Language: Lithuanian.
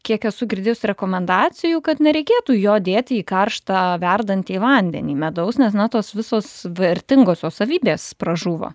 kiek esu girdėjus rekomendacijų kad nereikėtų jo dėti į karštą verdantį vandenį medaus nes na tos visos vertingosios savybės pražūva